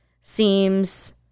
seems